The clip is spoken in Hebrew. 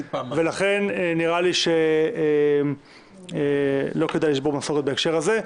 ולכן נראה לי שלא כדאי לשבור מסורת בהקשר הזה.